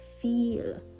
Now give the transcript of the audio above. feel